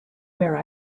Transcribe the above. where